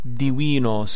divino